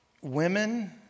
women